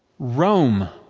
rome.